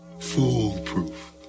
Foolproof